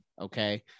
Okay